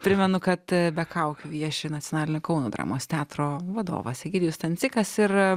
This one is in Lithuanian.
primenu kad be kaukių vieši nacionalinio kauno dramos teatro vadovas egidijus stancikas ir